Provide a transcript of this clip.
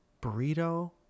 Burrito